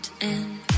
end